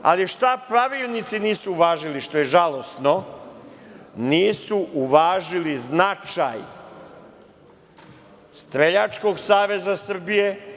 Ali šta pravilnici nisu uvažili što je žalosno, nisu uvažili značaj Streljačkog saveza Srbije.